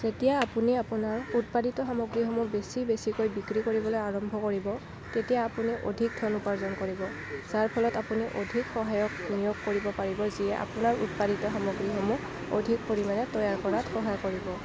যেতিয়া আপুনি আপোনাৰ উৎপাদিত সামগ্ৰীসমূহ বেছি বেছিকৈ বিক্ৰী কৰিবলৈ আৰম্ভ কৰিব তেতিয়া আপুনি অধিক ধন উপাৰ্জন কৰিব যাৰ ফলত আপুনি অধিক সহায়ক নিয়োগ কৰিব পাৰিব যিয়ে আপোনাৰ উৎপাদিত সামগ্ৰীসমূহ অধিক পৰিমাণে তৈয়াৰ কৰাত সহায় কৰিব